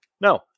No